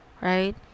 Right